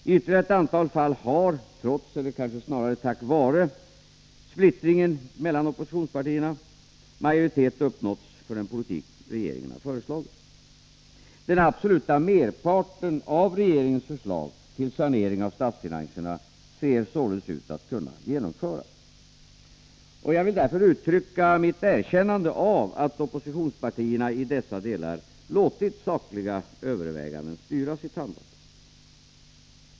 I ytterligare ett antal fall har trots — eller kanske snarare tack vare — splittringen mellan oppositionspartierna majoritet uppnåtts för den politik regeringen har föreslagit. Den absoluta merparten av regeringens förslag till sanering av statsfinanserna ser således ut att kunna genomföras. Jag vill därför uttrycka mitt erkännande av att oppositionspartierna i dessa delar låtit sakliga överväganden styra sitt handlande.